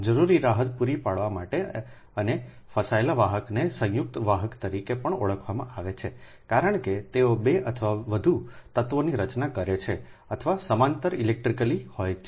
જરૂરી રાહત પૂરી પાડવા માટે અને ફસાયેલા વાહકને સંયુક્ત વાહક તરીકે પણ ઓળખવામાં આવે છે કારણ કે તેઓ 2 અથવા વધુ તત્વોની રચના કરે છે અથવા સમાંતર ઇલેક્ટ્રિકલી હોય છે